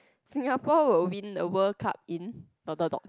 Singapore will win the World Cup in dot dot dot